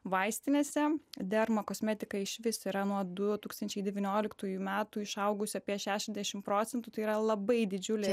vaistinėse dermakosmetikai išvis yra nuo du tūkstančiai devynioliktųjų metų išaugusi apie šešiasdešimt procentų tai yra labai didžiulė